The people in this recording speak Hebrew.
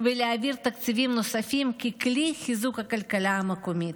ולהעביר תקציבים נוספים ככלי לחיזוק הכלכלה המקומית.